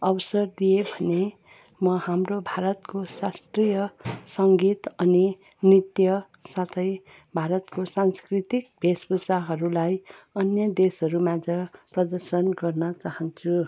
अवसर दिए भने म हाम्रो भारतको शास्त्रीय सङ्गीत अनि नृत्य साथै भारतको सांस्कृतिक भेषभूषाहरूलाई अन्य देशहरूमाझ प्रदर्शन गर्न चाहन्छु